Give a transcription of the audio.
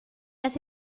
las